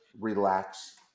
relax